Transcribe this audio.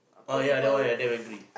oh ya that one I'm damn angry